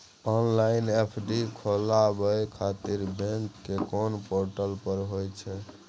Online FD खोलाबय खातिर bank के कोन पोर्टल पर होए छै?